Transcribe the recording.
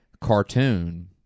cartoon